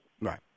Right